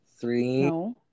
Three